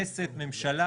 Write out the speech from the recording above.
כנסת-ממשלה,